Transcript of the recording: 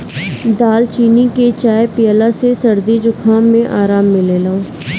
दालचीनी के चाय पियला से सरदी जुखाम में आराम मिलेला